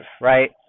right